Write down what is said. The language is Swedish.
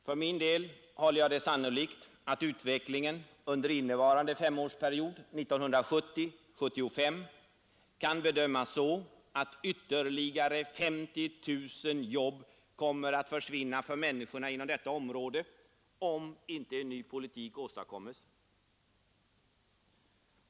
För min del håller jag sannolikt att utvecklingen under innevarande femårsperiod, 1970—1975, kan bedömas så, att ytterligare 50 000 jobb kommer att försvinna för människorna inom detta område, om inte en ny politik åstadkommes.